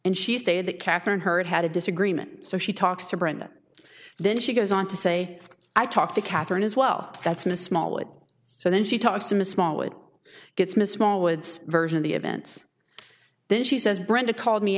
and she stated that catherine heard had a disagreement so she talks to brenda then she goes on to say i talked to katherine as well that's no small what so then she talks to a small it gets missed small woods version of the events then she says brenda called me